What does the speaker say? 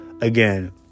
again